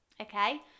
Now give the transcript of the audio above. okay